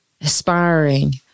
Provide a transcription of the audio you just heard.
aspiring